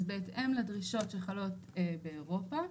אז בהתאם לדרישות שחלות באירופה,